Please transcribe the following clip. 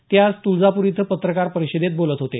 ते आज तुळजापूर इथं पत्रकार परिषदेत बोलत होते